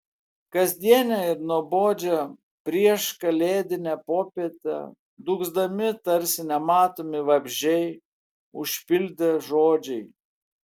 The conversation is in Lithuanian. kasdienę ir nuobodžią prieškalėdinę popietę dūgzdami tarsi nematomi vabzdžiai užpildė žodžiai